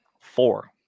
Four